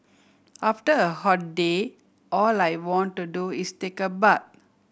after a hot day all I want to do is take a bath